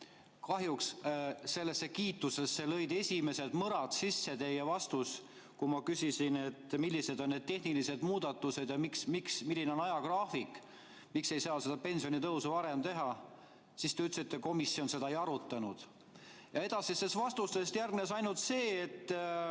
Kahjuks lõi sellesse kiitusesse esimesed mõrad teie vastus, kui ma küsisin, millised on need tehnilised muudatused ja milline on ajagraafik, miks ei saa seda pensionitõusu varem teha. Te ütlesite, et komisjon seda ei arutanud. Edasistes vastustes järgnes ainult see, et